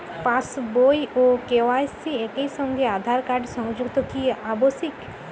পাশ বই ও কে.ওয়াই.সি একই সঙ্গে আঁধার কার্ড সংযুক্ত কি আবশিক?